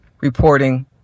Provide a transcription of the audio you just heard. reporting